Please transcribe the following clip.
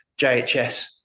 jhs